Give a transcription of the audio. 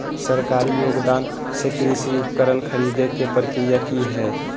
सरकारी योगदान से कृषि उपकरण खरीदे के प्रक्रिया की हय?